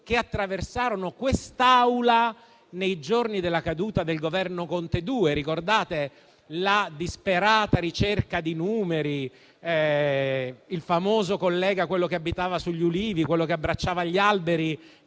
che attraversarono quest'Aula nei giorni della caduta del Governo Conte II. Ricordate la disperata ricerca di numeri, il famoso collega, quello che abitava sugli ulivi e abbracciava gli alberi,